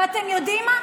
ואתם יודעים מה?